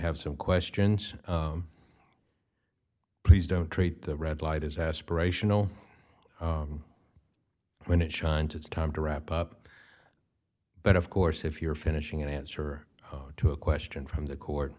have some questions please don't treat the red light as aspirational when it shines it's time to wrap up but of course if you're finishing an answer to a question from the court